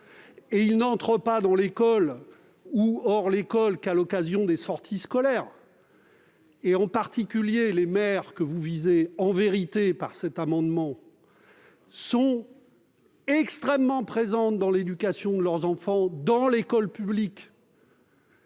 ! Ils n'entrent pas dans l'école- ou hors l'école -seulement à l'occasion des sorties scolaires. Les mères que vous visez en vérité à travers ces amendements sont extrêmement présentes dans l'éducation de leurs enfants et dans l'école publique.